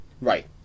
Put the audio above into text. right